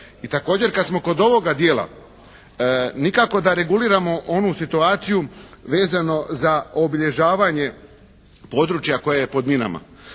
I također kad smo kod ovoga djela nikako da reguliramo onu situaciju vezano za obilježavanje područja koje je pod minama.